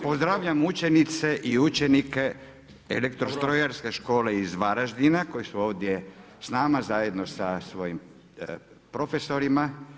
Pozdravljam učenice i učenike Elektrostrojarske škole iz Varaždina, koji su ovdje s nama zajedno s svojim profesorima.